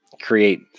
create